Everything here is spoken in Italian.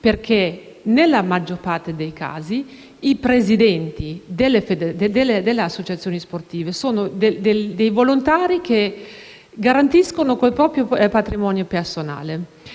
perché nella maggior parte dei casi i presidenti delle associazioni sportive sono dei volontari che garantiscono con il proprio patrimonio personale.